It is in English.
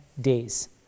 days